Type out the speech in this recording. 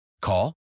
Call